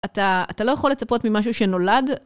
אתה לא יכול לצפות ממשהו שנולד.